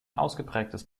ausgeprägtes